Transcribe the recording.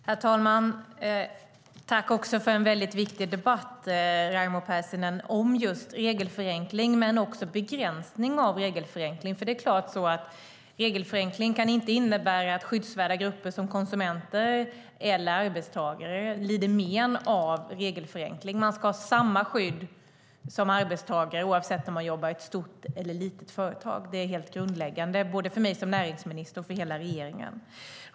Herr talman! Tack, Raimo Pärssinen, för en väldigt viktig debatt om just regelförenkling och om begränsning av regelförenkling! Regelförenkling kan inte innebära att skyddsvärda grupper som konsumenter eller arbetstagare lider men. Man ska ha samma skydd som arbetstagare oavsett om man jobbar i ett stort eller i ett litet företag. Det är helt grundläggande både för mig som näringsminister och för hela regeringen.